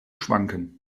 schwanken